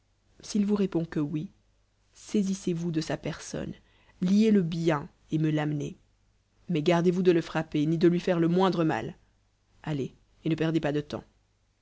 s'il vous répond que oui saisissez-vous de sa personne liez le bien et me l'amenez mais gardez-vous de le frapper ni de lui faire le moindre mal allez et ne perdez pas de temps